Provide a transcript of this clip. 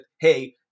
hey